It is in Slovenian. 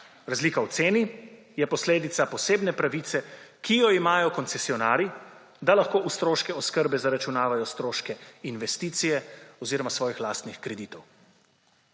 Razlika v ceni je posledica posebne pravice, ki jo imajo koncesionarji, da lahko v stroške oskrbe zaračunavajo stroške investicije oziroma svojih lastnih kreditov.